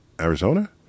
Arizona